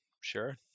sure